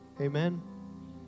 Amen